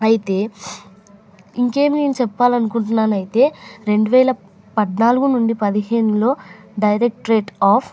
అయితే ఇంకేమీ చెప్పాలని అనుకుంటున్నాను అయితే రెండువేల పద్నాలుగు నుండి పదిహేనులో డైరెక్టరేట్ ఆఫ్